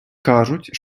кажуть